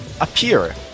appear